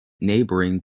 neighboring